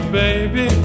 baby